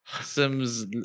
sims